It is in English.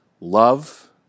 Love